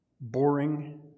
boring